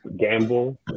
gamble